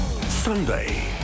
Sunday